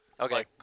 Okay